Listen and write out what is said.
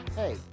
hey